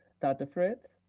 dr. fritz.